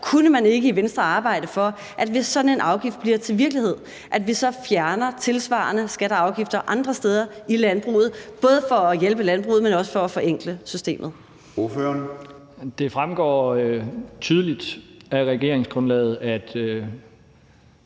Kunne man ikke i Venstre arbejde for, at vi, hvis sådan en afgift bliver til virkelighed, så tilsvarende fjerner afgifter andre steder i landbruget, både for at hjælpe landbruget, men også for at forenkle systemet? Kl. 10:23 Formanden (Søren Gade):